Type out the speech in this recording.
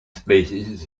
species